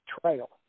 trail